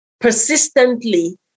persistently